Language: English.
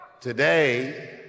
today